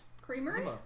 Creamery